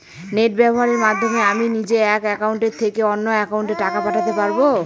Net ব্যবহারের মাধ্যমে আমি নিজে এক অ্যাকাউন্টের থেকে অন্য অ্যাকাউন্টে টাকা পাঠাতে পারব?